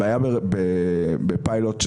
הבעיה בפיילוט,